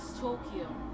Tokyo